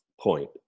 point